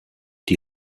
die